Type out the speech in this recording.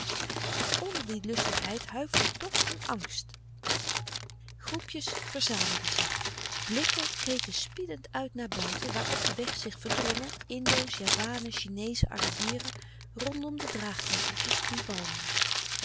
maar onder die lustigheid huiverde toch een angst groepjes verzamelden zich blikken keken spiedend uit naar buiten waar op den weg zich verdrongen indo's javanen chineezen arabieren rondom louis couperus de stille kracht de draagkeukentjes die walmden